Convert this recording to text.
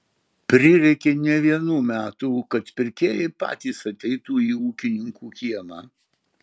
prireikė ne vienų metų kad pirkėjai patys ateitų į ūkininkų kiemą